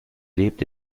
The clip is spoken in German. lebt